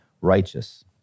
righteous